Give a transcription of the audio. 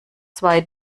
zwei